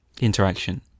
interaction